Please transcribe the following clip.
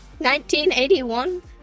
1981